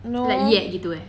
no